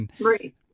Right